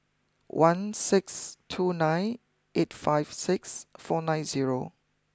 one six two nine eight five six four nine zero